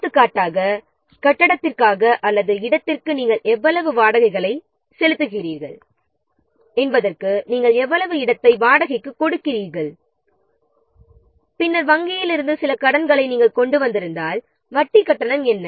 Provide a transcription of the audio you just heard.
எடுத்துக்காட்டாக கட்டடத்திற்காக அல்லது இடத்திற்கு நாம் எவ்வளவு வாடகைகளை செலுத்துகி என்பதற்கு எவ்வளவு இடத்தை வாடகைக்கு கொடுக்கிறோம் பின்னர் வங்கியில் இருந்து சில கடன்களை நாம் கொண்டு வந்திருந்தால் வட்டி கட்டணம் என்ன